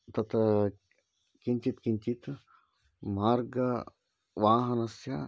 तत्र किञ्चित् किञ्चित् मार्गे वाहनस्य